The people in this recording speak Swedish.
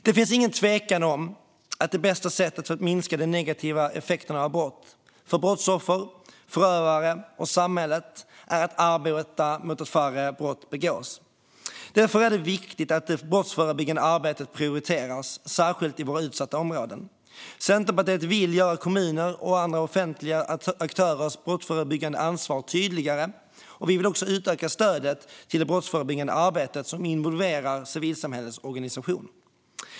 Det finns ingen tvekan om att det bästa sättet att minska de negativa effekterna av brott - för brottsoffer, förövare och samhället - är att arbeta för att färre brott begås. Därför är det viktigt att det brottsförebyggande arbetet prioriteras, särskilt i våra utsatta områden. Centerpartiet vill göra kommuners och andra offentliga aktörers brottsförebyggande ansvar tydligare, och vi vill även utöka stödet till det brottsförebyggande arbete som involverar civilsamhällets organisationer.